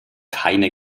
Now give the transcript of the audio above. keine